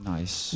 Nice